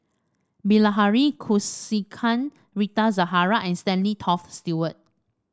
Bilahari Kausikan Rita Zahara and Stanley Toft Stewart